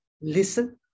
listen